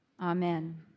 Amen